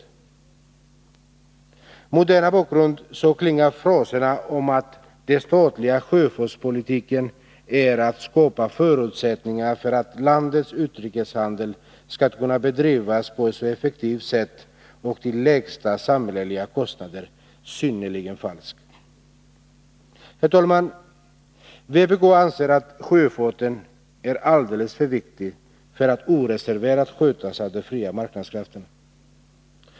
Mot denna bakgrund klingar fraserna om att målet med den statliga sjöfartspolitiken är att skapa förutsättningar för att landets utrikeshandel skall kunna bedrivas på ett effektivt sätt och till lägsta samhällsekonomiska kostnader synnerligen falskt. Herr talman! Vpk anser att sjöfarten är alldeles för viktig för att oreserverat skötas av de fria marknadskrafterna.